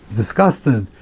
disgusted